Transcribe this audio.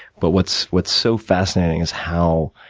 but, what's what's so fascinating is how,